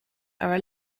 are